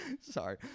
sorry